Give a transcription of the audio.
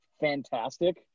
fantastic